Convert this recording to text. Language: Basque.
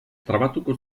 trabatuko